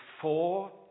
four